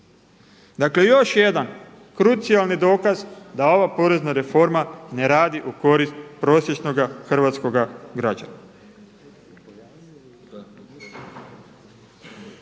Dakle još jedan krucijalni dokaz da ova porezna reforma ne radi u korist prosječnoga hrvatskoga građanina.